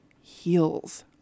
heals